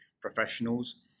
professionals